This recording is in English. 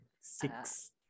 six